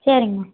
சரிங்கம்மா